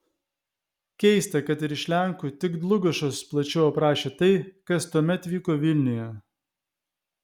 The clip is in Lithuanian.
keista kad ir iš lenkų tik dlugošas plačiau aprašė tai kas tuomet vyko vilniuje